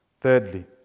Thirdly